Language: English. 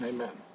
Amen